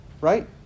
Right